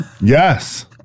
Yes